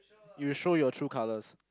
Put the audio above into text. you will show your true colours